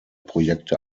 projekte